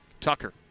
Tucker